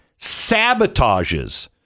sabotages